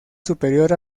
superior